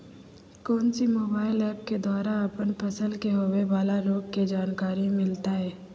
कौन सी mobile app के द्वारा अपन फसल के होबे बाला रोग के जानकारी मिलताय?